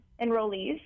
enrollees